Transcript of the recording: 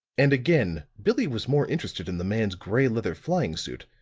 and again billie was more interested in the man's gray-leather flying suit,